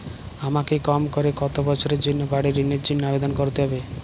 আমাকে কম করে কতো বছরের জন্য বাড়ীর ঋণের জন্য আবেদন করতে হবে?